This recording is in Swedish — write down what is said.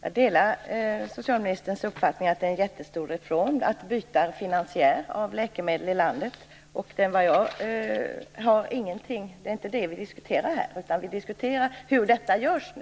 Herr talman! Jag delar socialministerns uppfattning att det är en jättestor reform att byta finansiär av läkemedel i landet. Men det är inte detta som vi diskuterar här, utan vi diskuterar hur detta görs.